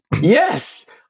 Yes